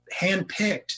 handpicked